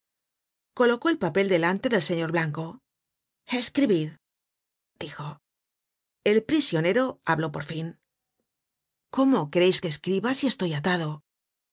colocó el papel delante del señor blanco escribid dijo el prisionero habló por fin cómo quereis que escriba si estoy atado